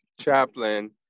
chaplain